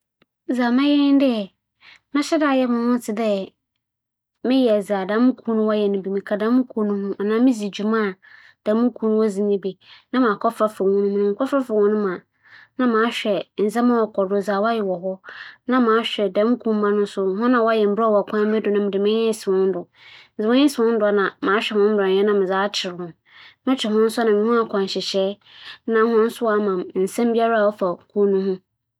Sɛ mebɛyɛ moho tse dɛ obi a wͻasoma me dɛ monkͻhwehwɛ edwumakuw bi a wodzi bͻn bi no ho asɛm na membɛka a, dza odzi kan a mebɛyɛ nye dɛ, mebɛsesa mo su, me dzin, na m'abrabͻ kakra. ͻtͻ do ebien so mebɛfa kwan bi do m'aboa hͻn ma wͻagye me edzi na wͻgye me dzi wie a, m'adwen kwan a mebɛfa do ehu dza morohwehwɛ.